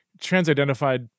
trans-identified